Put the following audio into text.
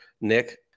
Nick